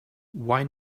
why